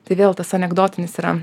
tai vėl tas anekdotinis yra